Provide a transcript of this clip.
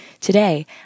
Today